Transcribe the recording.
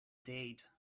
date